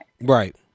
Right